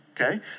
okay